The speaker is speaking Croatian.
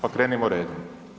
Pa krenimo redom.